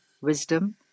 wisdom